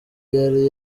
yari